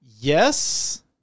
Yes